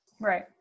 Right